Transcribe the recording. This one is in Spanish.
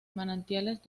manantiales